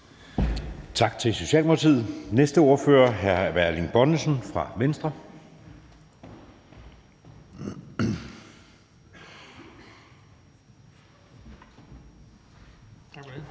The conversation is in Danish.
for Socialdemokratiet. Den næste ordfører er hr. Erling Bonnesen fra Venstre.